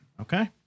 Okay